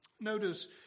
Notice